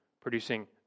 producing